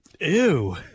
Ew